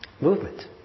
Movement